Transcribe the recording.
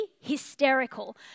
hysterical